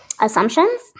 assumptions